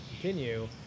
continue